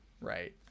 right